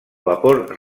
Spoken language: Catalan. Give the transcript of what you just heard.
vapor